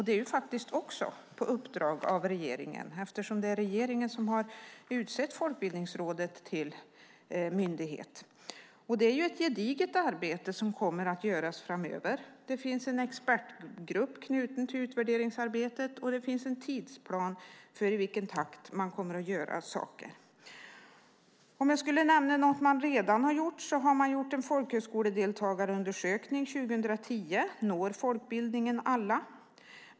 Det är faktiskt också på uppdrag av regeringen, eftersom det är regeringen som har utsett Folkbildningsrådet till myndighet. Det är ett gediget arbete som kommer att göras framöver. Det finns en expertgrupp till utvärderingsarbetet och det finns en tidsplan för i vilken takt man kommer att göra saker. Om jag skulle nämna något man redan har gjort är det en folkhögskoledeltagarundersökning 2010, Når folkbildningen alla?